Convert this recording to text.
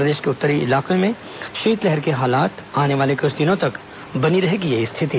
प्रदेश के उत्तरी इलाके में शीतलहर के हालात आने वाले क्छ दिनों तक बनी रहेगी यह स्थिति